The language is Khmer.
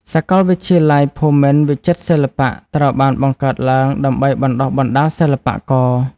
សកលវិទ្យាល័យភូមិន្ទវិចិត្រសិល្បៈត្រូវបានបង្កើតឡើងដើម្បីបណ្តុះបណ្តាលសិល្បករ។